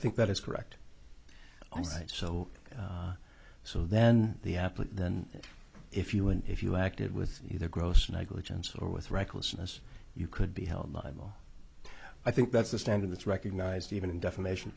think that is correct all right so so then the applet if you would if you acted with either gross negligence or with recklessness you could be held liable i think that's the standard that's recognized even in defamation